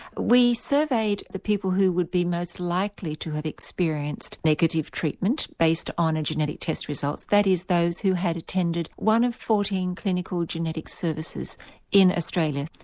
we surveyed the people who would be most likely to have experienced negative treatment based on a genetic test result. that is those who had attended one of fourteen clinical genetic services in australia.